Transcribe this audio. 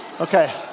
Okay